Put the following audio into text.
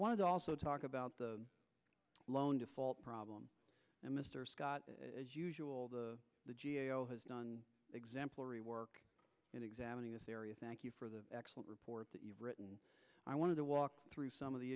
want to also talk about the loan problem and mr scott as usual the the g a o has done exemplary work in examining this area thank you for the excellent report that you've written i want to walk through some of the